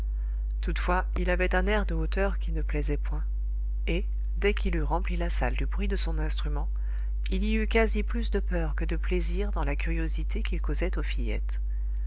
toutefois il avait un air de hauteur qui ne plaisait point et dès qu'il eut rempli la salle du bruit de son instrument il y eut quasi plus de peur que de plaisir dans la curiosité qu'il causait aux fillettes